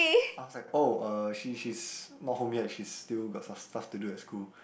I was like oh uh she she's not home yet she still got some stuff to do at school